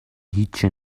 هیچی